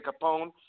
Capone